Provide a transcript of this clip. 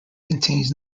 contains